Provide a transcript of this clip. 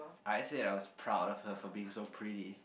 I actually I was proud of her for being so pretty